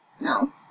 No